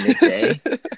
midday